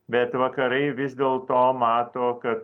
bet vakarai vis dėl to mato kad